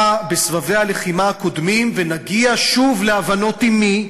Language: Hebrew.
בסבבי הלחימה הקודמים ונגיע שוב להבנות עם מי?